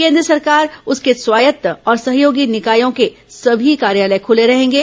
केंद्र सरकार उसके स्वायत्त और सहयोगी निकायों के सभी कार्यालय खुले रहेंगे